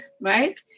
right